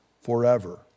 forever